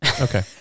okay